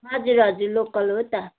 हजुर हजुर लोकल हो त